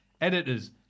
editors